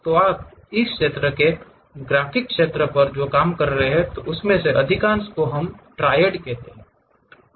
तो आप इस क्षेत्र के ग्राफिक्स क्षेत्र पर जो काम करते हैं उसमें से अधिकांश को हम ट्रायड कहते हैं